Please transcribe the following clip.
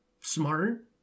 smart